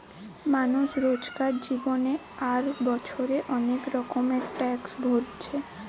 মানুষ রোজকার জীবনে আর বছরে অনেক রকমের ট্যাক্স ভোরছে